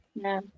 no